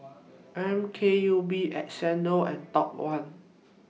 M K U P Xndo and Top one